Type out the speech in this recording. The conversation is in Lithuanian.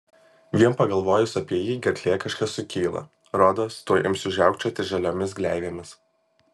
vien pagalvojus apie jį gerklėje kažkas sukyla rodos tuoj imsiu žiaukčioti žaliomis gleivėmis